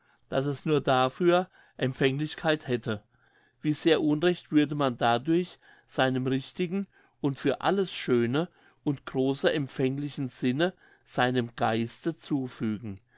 daß es nur dafür empfänglichkeit hätte wie sehr unrecht würde man dadurch seinem richtigen und für alles schöne und große empfänglichen sinne seinem geiste zufügen